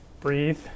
Breathe